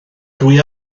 dwi